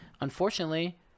unfortunately